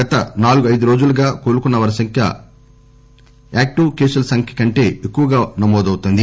గత నాలుగు ఐదు రోజులుగా కోలుకున్న వారి సంఖ్య యాక్టివ్ కేసుల సంఖ్య కంటే ఎక్కువగా నమోదవుతోంది